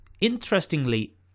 interestingly